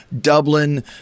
Dublin